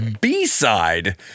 B-side